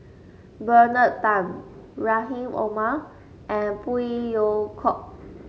Bernard Tan Rahim Omar and Phey Yew Kok